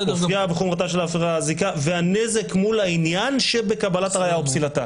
"אופייה וחומרתה של ההפרה והנזק מול העניין שבקבלת הראיה ופסילתה",